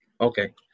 Okay